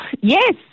yes